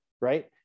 Right